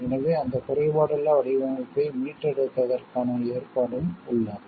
எனவே அந்த குறைபாடுள்ள வடிவமைப்பை மீட்டெடுப்பதற்கான ஏற்பாடும் உள்ளது